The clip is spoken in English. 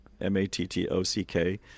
M-A-T-T-O-C-K